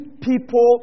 people